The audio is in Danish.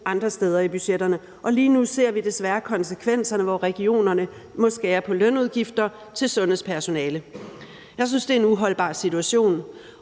andre steder i budgetterne. Lige nu ser vi desværre konsekvenserne, hvor regionerne må skære på lønudgifter til sundhedspersonale. Jeg synes, det er en uholdbar situation,